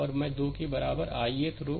और मैं 2 के बराबर है ith रो